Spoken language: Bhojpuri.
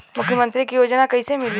मुख्यमंत्री के योजना कइसे मिली?